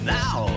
now